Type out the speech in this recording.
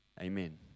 Amen